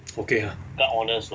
okay ah